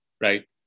right